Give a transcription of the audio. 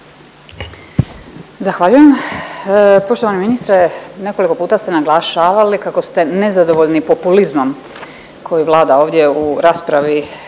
Zahvaljujem. Poštovani ministre, nekoliko puta ste naglašavali kako ste nezadovoljni populizmom koji vlada ovdje u raspravi